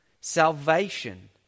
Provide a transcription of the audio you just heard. Salvation